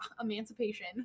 emancipation